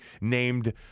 named